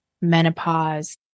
menopause